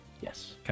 Yes